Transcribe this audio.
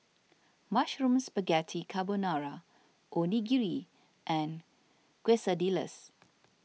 Mushroom Spaghetti Carbonara Onigiri and Quesadillas